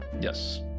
Yes